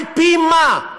על פי מה?